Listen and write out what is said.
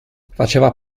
faceva